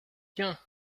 tiens